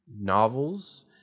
novels